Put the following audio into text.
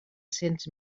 cents